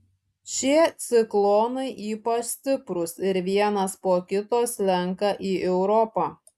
šie ciklonai ypač stiprūs ir vienas po kito slenka į europą